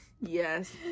Yes